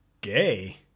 gay